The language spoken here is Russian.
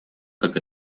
как